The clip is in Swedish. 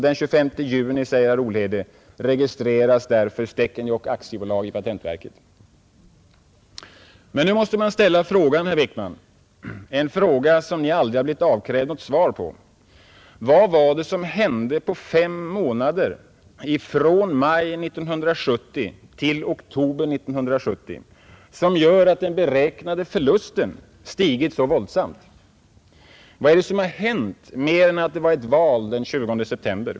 Den 25 juni registreras därför ”Stekenjokk AB” i patentverket.” Men nu måste man ställa frågan, herr Wickman — en fråga som Ni aldrig har blivit avkrävd något svar på: Vad är det som hänt på de fem månaderna från maj 1970 till oktober 1970 som gör att den beräknade Nr 53 förlusten stigit så våldsamt? Vad är det som hänt mer än att det var ett val den 20 september?